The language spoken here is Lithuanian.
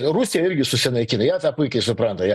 rusija irgi susinaikina jie tą puikiai supranta jie